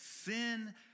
sin